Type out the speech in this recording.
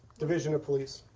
division of police,